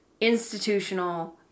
institutional